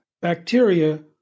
bacteria